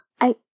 I-